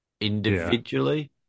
individually